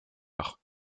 heure